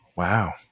Wow